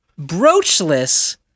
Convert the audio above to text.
Broachless